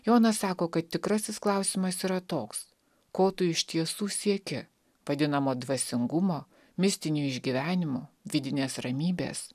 jonas sako kad tikrasis klausimas yra toks ko tu iš tiesų sieki vadinamo dvasingumo mistinių išgyvenimų vidinės ramybės